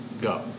Go